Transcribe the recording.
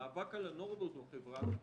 מאבק על הנורמות בחברה,